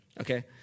okay